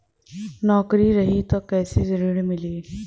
नौकरी रही त कैसे ऋण मिली?